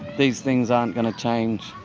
these things aren't going to change.